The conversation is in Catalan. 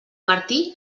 martí